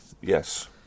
Yes